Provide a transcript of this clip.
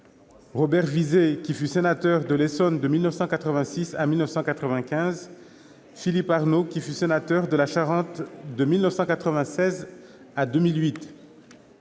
Robert Vizet, qui fut sénateur de l'Essonne de 1986 à 1995, et Philippe Arnaud, qui fut sénateur de la Charente de 1996 à 2008.